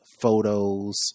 photos